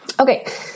Okay